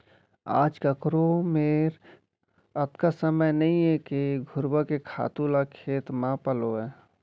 आज काकरो मेर अतका समय नइये के घुरूवा के खातू ल खेत म पलोवय